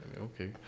Okay